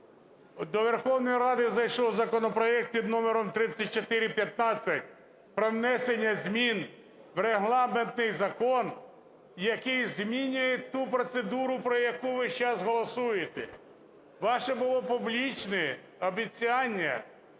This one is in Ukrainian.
до Верховної Ради зайшов законопроект під номером 3415 про внесення змін в регламентний закон, який змінює ту процедуру, про яку ви сейчас голосуєте. Ваше було публічне обіцяння,